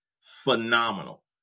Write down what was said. Phenomenal